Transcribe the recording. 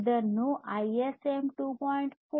ಇದನ್ನು ಐಎಸ್ಎಂ 2